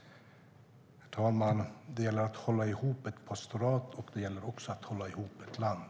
Herr talman! Det gäller att hålla ihop ett pastorat, och det gäller också att hålla ihop ett land.